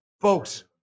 Folks